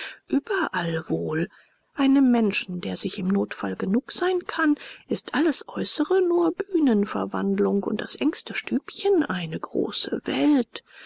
überall wohl einem menschen der sich im notfall genug sein kann ist alles äußere nur bühnenverwandlung und das engste stübchen eine große welt